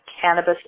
cannabis